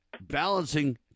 balancing